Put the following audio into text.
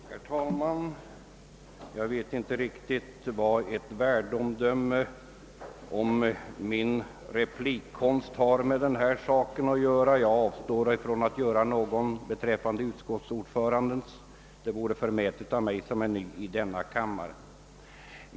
Herr talman! Jag vet inte riktigt vad ett värdeomdöme om min replikkonst har med denna fråga att göra. Jag avstår från att göra något sådant beträffande utskottsordföranden — det vore förmätet av mig som är ny i denna kammare.